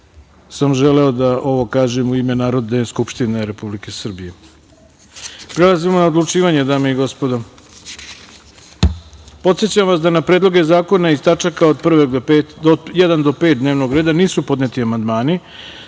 sam želeo da ovo kažem u ime Narodne skupštine Republike Srbije. Prelazimo na odlučivanje, dame i gospodo. Podsećam vas da na predloge zakona iz tačaka od 1. do 5. dnevnog reda nisu podneti amandmani,